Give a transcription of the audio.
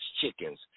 chickens